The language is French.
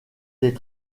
des